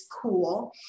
cool